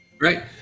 Right